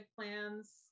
plans